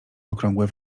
okrągłe